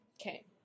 okay